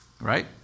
Right